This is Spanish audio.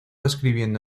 escribiendo